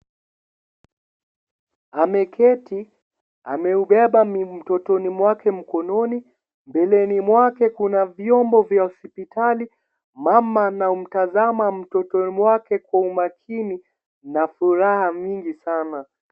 Ameketi, ameubeba mtotoni mwake mkononi ,mbeleni mwake kuna vyombo vya hospitali. Mama anamtazama mtoto mwake Kwa umakini na furaha mingi sana.